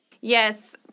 yes